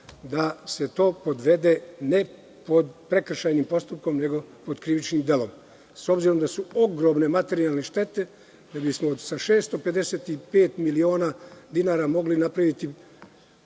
da se to podvede ne pod prekršajni postupak, već pod krivičnim delom, s obzirom da su ogromne materijalne štete, jer bismo od 655 miliona dinara mogli napraviti